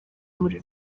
muri